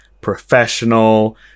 professional